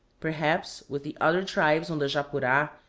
perhaps, with the other tribes on the japura,